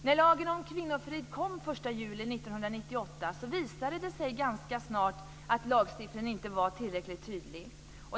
När lagen om kvinnofrid kom den 1 juli 1998 visade det sig ganska snart att lagstiftningen inte var tillräckligt tydlig.